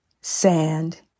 sand